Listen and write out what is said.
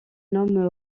nomme